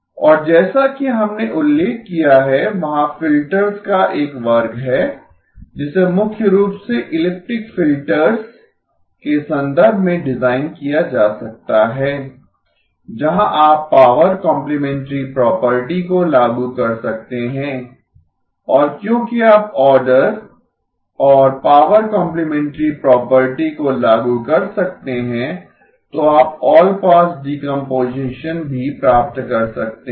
और जैसा कि हमने उल्लेख किया है वहाँ फिल्टर्स का एक वर्ग है जिसे मुख्य रूप से इलिप्टिक फिल्टर्स के संदर्भ में डिजाइन किया जा सकता है जहाँ आप पावर कॉम्प्लिमेंटरी प्रॉपर्टी को लागू कर सकते हैं और क्योंकि आप ऑर्डर और पावर कॉम्प्लिमेंटरी प्रॉपर्टी को लागू कर सकते हैं तो आप ऑलपास डीकम्पोजीशन भी प्राप्त कर सकते हैं